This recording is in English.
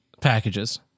packages